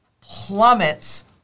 plummets